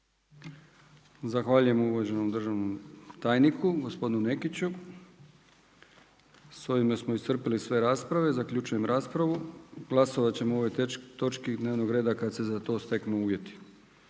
Zahvaljujem uvaženom državnom tajniku gospodinu Nekiću. S ovime smo iscrpili sve rasprave. Zaključujem raspravu. Glasovati ćemo o ovoj točki dnevnog reda kada se za to steknu uvjeti.